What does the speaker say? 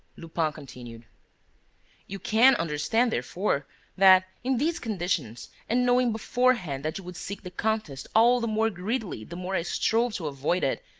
lupin continued you can understand, therefore, that, in these conditions and knowing beforehand that you would seek the contest all the more greedily the more i strove to avoid it,